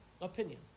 opinion